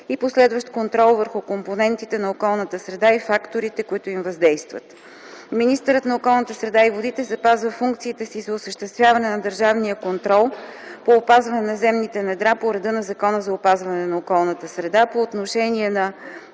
и последващ контрол върху компонентите на околната среда и факторите, които им въздействат. Министърът на околната среда и водите запазва функциите си за осъществяване на държавния контрол по опазването на земните недра по реда на Закона за опазване на околната среда по отношение на: